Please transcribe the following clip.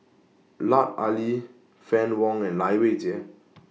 Lut Ali Fann Wong and Lai Weijie